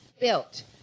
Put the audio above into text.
built